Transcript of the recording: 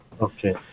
Okay